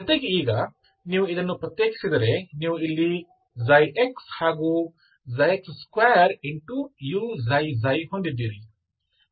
ಜೊತೆಗೆ ಈಗ ನೀವು ಇದನ್ನು ಪ್ರತ್ಯೇಕಿಸಿದರೆ ನೀವು ಇಲ್ಲಿ ξxಹಾಗೂ x2uξξ ಹೊಂದಿದ್ದೀರಿ